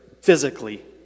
physically